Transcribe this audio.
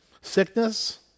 Sickness